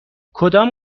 کدام